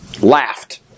laughed